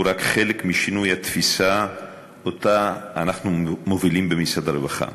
רק חלק משינוי התפיסה שאנחנו מובילים במשרד הרווחה,